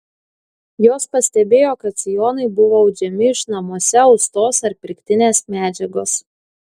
jos pastebėjo kad sijonai buvo audžiami iš namuose austos ar pirktinės medžiagos